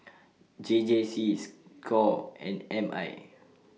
J J C SCORE and M I